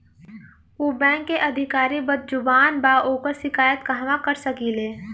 उ बैंक के अधिकारी बद्जुबान बा ओकर शिकायत कहवाँ कर सकी ले